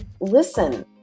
listen